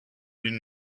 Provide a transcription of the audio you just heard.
une